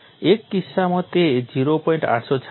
એક કિસ્સામાં તે 0